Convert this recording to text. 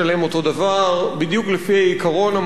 בדיוק לפי העיקרון המופלא שאומר שכולם